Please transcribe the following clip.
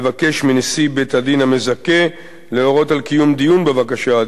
לבקש מנשיא בית-הדין המזכה להורות על קיום דיון בבקשה.